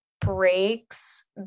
breaks